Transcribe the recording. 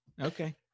Okay